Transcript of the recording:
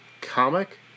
comic